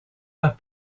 pas